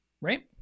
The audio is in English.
Right